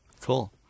Cool